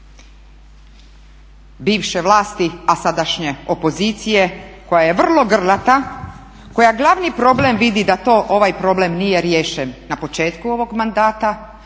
bivše vlasti a sadašnje opozicije koja je vrlo grlata, koja glavni problem vidi da to ovaj problem nije riješen na početku ovog mandata.